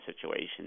situation